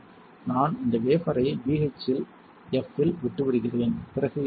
நான் இந்த வேஃபரை BHF இல் விட்டுவிடுகிறேன் பிறகு என்ன நடக்கும்